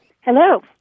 Hello